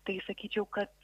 tai sakyčiau kad